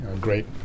great